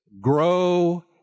Grow